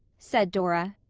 said dora.